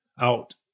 out